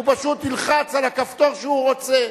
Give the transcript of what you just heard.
הוא פשוט ילחץ על הכפתור שהוא רוצה.